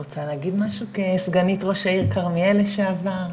את רוצה להגיד משהו כסגנית ראש העיר כרמיאל לשעבר?